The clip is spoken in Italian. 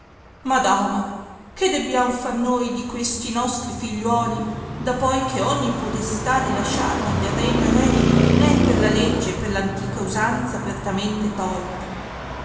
madama che debbiam far noi di questi nostri figliuoli da poi che ogni podestà di lasciarli del regno eredi n è per la legge e per antica usanza apertamente tolta